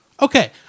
Okay